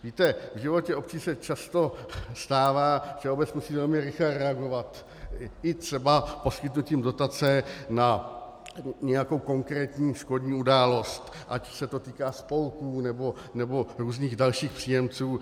Víte, v životě obcí se často stává, že obec musí velmi rychle reagovat i třeba poskytnutím dotace na nějakou konkrétní škodní událost, ať se to týká spolků, nebo různých dalších příjemců.